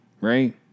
Right